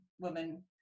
woman